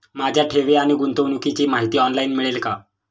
माझ्या ठेवी आणि गुंतवणुकीची माहिती ऑनलाइन मिळेल का?